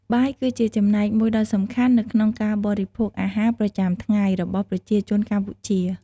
បាយគឺជាចំណែកមួយដ៏សំខាន់នៅក្នុងការបរិភោគអាហារប្រចាំថ្ងៃរបស់ប្រជាជនកម្ពុជា។